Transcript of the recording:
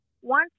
One